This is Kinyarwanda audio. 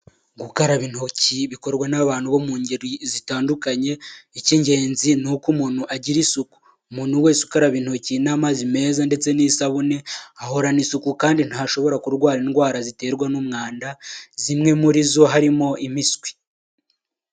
Gukaraba intoki bikorwa n'abantu bo mu ngeri zitandukanye ik'ingenzi ni uko umuntu agira isuku, umuntu wese ukaraba intoki n'amazi meza ndetse n'isabune ahorana isuku kandi ntashobora kurwara indwara ziterwa n'umwanda zimwe muri zo harimo impiswi.